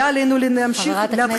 היה עלינו, חברת הכנסת קסניה, נא לסיים.